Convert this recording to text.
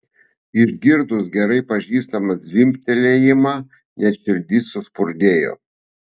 išgirdus gerai pažįstamą zvimbtelėjimą net širdis suspurdėjo